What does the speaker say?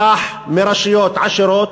ש"ח מרשויות עשירות,